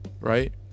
right